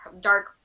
dark